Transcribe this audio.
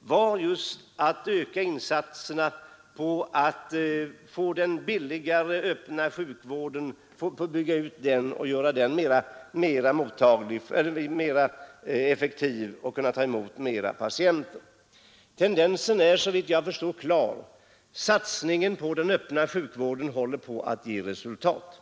var just att öka insatserna för att kunna bygga ut den billigare öppna sjukvården och göra den mer effektiv, så att den skulle kunna ta emot fler patienter. Tendensen är såvitt jag förstår klar: satsningen på den öppna sjukvården håller på att ge resultat.